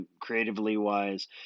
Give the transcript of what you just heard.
creatively-wise